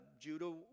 Judah